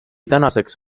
tänaseks